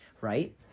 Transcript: right